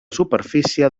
superfície